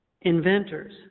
inventors